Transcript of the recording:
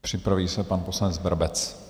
Připraví se pan poslanec Brabec.